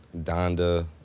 Donda